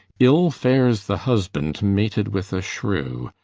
ill fares the husband mated with a shrew,